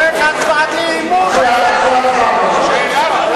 זה הצבעת אי-אמון, מה